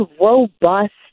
robust